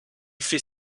fait